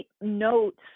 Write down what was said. notes